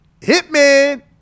Hitman